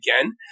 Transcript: again